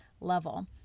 level